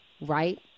Right